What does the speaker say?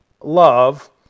love